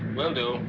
will do.